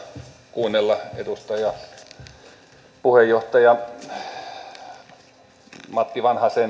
kuunnella puheenjohtaja matti